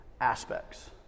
aspects